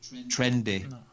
trendy